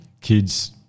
kids